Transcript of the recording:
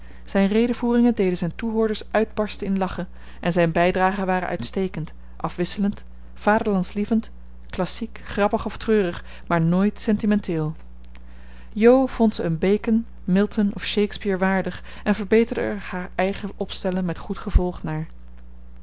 zijn redevoeringen deden zijn toehoorders uitbarsten in lachen en zijn bijdragen waren uitstekend afwisselend vaderlandslievend klassiek grappig of treurig maar nooit sentimenteel jo vond ze een bacon milton of shakespeare waardig en verbeterde er haar eigen opstellen met goed gevolg naar